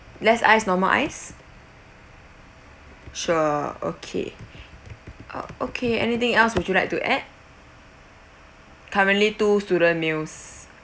less ice normal ice sure okay ah okay anything else would you like to add currently two student meals